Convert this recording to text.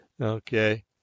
Okay